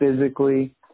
physically